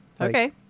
Okay